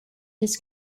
his